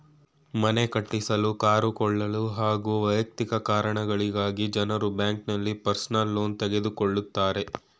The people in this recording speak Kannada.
ಮನೆ ಕಟ್ಟಿಸಲು ಕಾರು ಕೊಳ್ಳಲು ಹಾಗೂ ವೈಯಕ್ತಿಕ ಕಾರಣಗಳಿಗಾಗಿ ಜನರು ಬ್ಯಾಂಕ್ನಲ್ಲಿ ಪರ್ಸನಲ್ ಲೋನ್ ತೆಗೆದುಕೊಳ್ಳುತ್ತಾರೆ